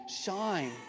shine